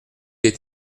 des